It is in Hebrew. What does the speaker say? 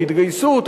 ההתגייסות,